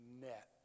net